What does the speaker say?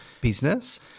Business